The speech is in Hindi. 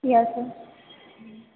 यस हं